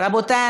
רבותי,